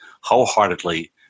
wholeheartedly